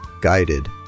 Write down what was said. guided